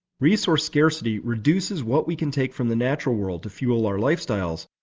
resource scarcity reduces what we can take from the natural world to fuel our lifestyles,